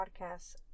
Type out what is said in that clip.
Podcasts